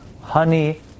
honey